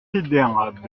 considérables